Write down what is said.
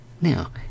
Now